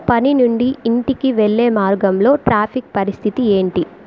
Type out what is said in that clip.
పని నుండి ఇంటికి వెళ్ళే మార్గంలో ట్రాఫిక్ పరిస్థితి ఏంటి